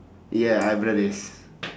ya I have brothers